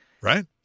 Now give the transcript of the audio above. Right